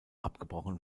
abgebrochen